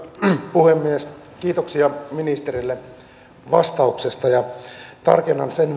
puhemies kiitoksia ministerille vastauksesta tarkennan sen